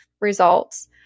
results